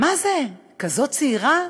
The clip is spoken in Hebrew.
מה זה, כזאת צעירה?